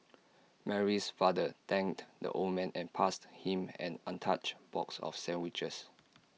Mary's father thanked the old man and passed him an untouched box of sandwiches